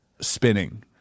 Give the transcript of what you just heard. spinning